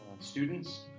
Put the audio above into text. students